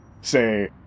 Say